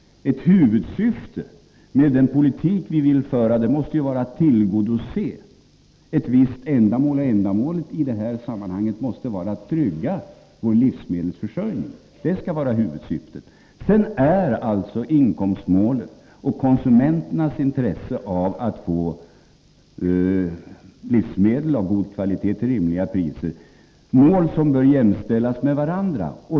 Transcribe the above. Ett huvudsyfte med den politik vi vill föra måste vara att tillgodose ett visst ändamål, nämligen i det här sammanhanget att trygga vår livsmedelsförsörjning. Det skall vara huvudsyftet. Sedan är inkomstmålet och konsumenternas intresse av att få livsmedel av god kvalitet till rimliga priser mål som bör jämnställas med varandra.